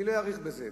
אני לא אאריך בזה.